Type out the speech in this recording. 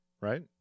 right